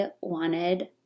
wanted